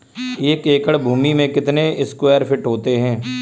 एक एकड़ भूमि में कितने स्क्वायर फिट होते हैं?